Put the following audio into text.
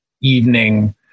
evening